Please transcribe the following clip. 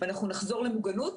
ואנחנו נחזור למוגנות,